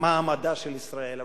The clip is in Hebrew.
מעמדה של מדינת ישראל,